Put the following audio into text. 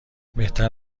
بهتر